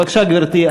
בבקשה, גברתי.